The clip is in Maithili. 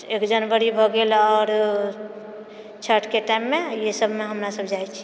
एक जनवरी भए गेल आरो छठके टाइममे इएह सभमे हमरा सभ जाइत छी